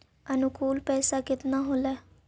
अनुकुल पैसा केतना होलय